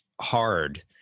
hard